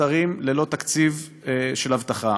נותרים ללא תקציב לאבטחה.